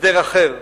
הסדר אחר.